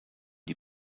die